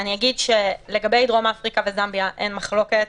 לגבי דרום אפריקה וזמביה אין מחלוקת,